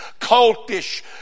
cultish